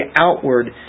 outward